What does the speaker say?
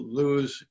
lose